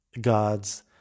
God's